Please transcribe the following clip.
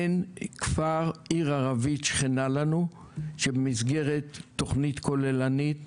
אין כפר או עיר ערבית שכנה לנו שבמסגרת תוכנית כוללנית,